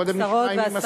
קודם נשמע אם היא מסכימה.